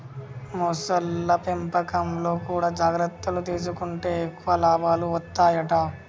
మొసళ్ల పెంపకంలో కూడా జాగ్రత్తలు తీసుకుంటే ఎక్కువ లాభాలు వత్తాయట